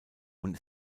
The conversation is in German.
und